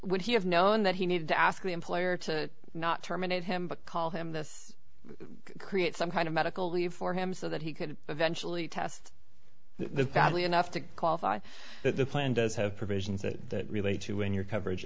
would he have known that he needed to ask the employer to not terminate him but call him this create some kind of medical leave for him so that he could eventually test this badly enough to qualify that the plan does have provisions that relate to when your coverage